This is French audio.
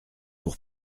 pour